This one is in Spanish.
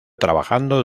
trabajando